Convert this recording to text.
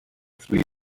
three